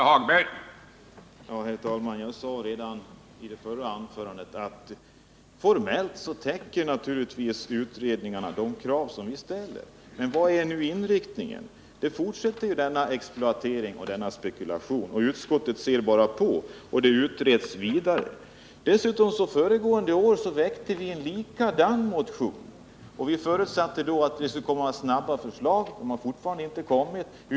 Herr talman! Jag sade redan i det förra anförandet att formellt täcker naturligtvis utredningarna de krav som vi ställer. Men vilken är nu inriktningen? Denna exploatering och denna spekulation fortsätter ju, och utskottet ser bara på — det utreds vidare. Dessutom väckte vi föregående år en likadan motion, och vi förutsatte att det skulle komma förslag snabbt. Men det har ännu inte kommit några förslag.